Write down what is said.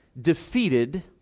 defeated